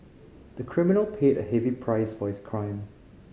the criminal paid a heavy price for his crime